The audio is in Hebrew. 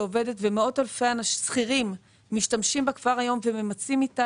שמאות אלפי שכירים משתמשים בה כבר היום וממצים איתה